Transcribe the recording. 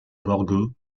borgo